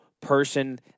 person